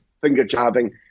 finger-jabbing